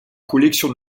collections